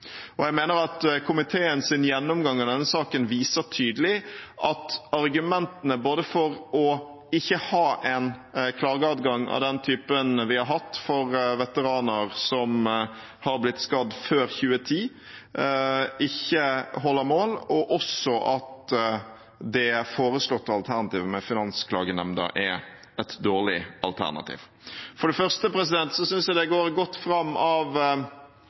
Jeg mener at komiteens gjennomgang av denne saken tydelig viser både at argumentene for ikke å ha en klageadgang av den typen vi har hatt for veteraner som har blitt skadd før 2010, ikke holder mål, og også at det foreslåtte alternativet med Finansklagenemnda er et dårlig alternativ. For det første synes jeg det går godt fram av